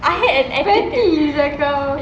I had an